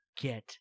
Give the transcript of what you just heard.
Get